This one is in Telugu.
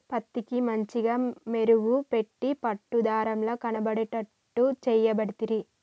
పత్తికి మంచిగ మెరుగు పెట్టి పట్టు దారం ల కనబడేట్టు చేయబడితిరి